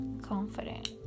confident